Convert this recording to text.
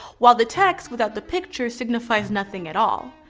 while the text without the pictures signifies nothing at all.